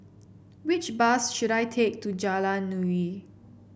which bus should I take to Jalan Nuri